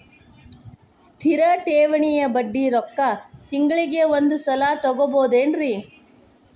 ಸ್ಥಿರ ಠೇವಣಿಯ ಬಡ್ಡಿ ರೊಕ್ಕ ತಿಂಗಳಿಗೆ ಒಂದು ಸಲ ತಗೊಬಹುದೆನ್ರಿ?